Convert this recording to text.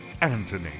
Anthony